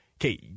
okay